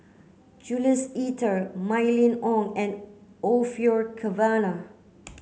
Jules Itier Mylene Ong and Orfeur Cavenagh